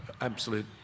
absolute